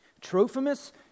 Trophimus